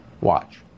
watch